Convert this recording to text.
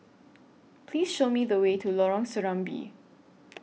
Please Show Me The Way to Lorong Serambi